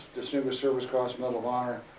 distinguished service cross, medal of honor.